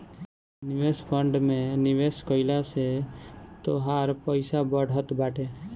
निवेश फंड में निवेश कइला से तोहार पईसा बढ़त बाटे